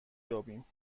یابیم